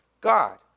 God